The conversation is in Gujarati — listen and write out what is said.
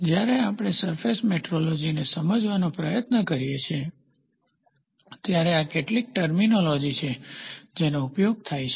જ્યારે આપણે સરફેસ મેટ્રોલોજીને સમજવાનો પ્રયત્ન કરીએ છીએ ત્યારે આ કેટલીક ટર્મીનોલોજી છે જેનો ઉપયોગ થાય છે